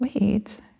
wait